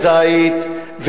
ופגעו בעצי זית,